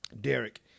Derek